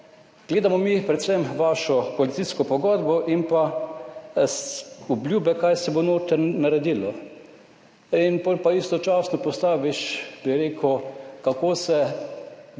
gledamo mi predvsem vašo koalicijsko pogodbo in pa obljube, kaj se bo noter naredilo in potem pa istočasno postaviš, bi rekel, kako se